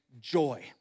joy